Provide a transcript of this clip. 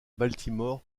baltimore